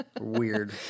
Weird